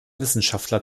wissenschaftler